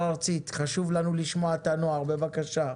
מונטג, בבקשה.